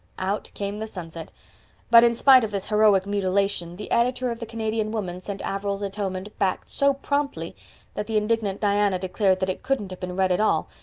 out came the sunset but in spite of this heroic mutilation the editor of the canadian woman sent averil's atonement back so promptly that the indignant diana declared that it couldn't have been read at all,